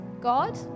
God